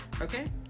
okay